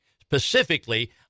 Specifically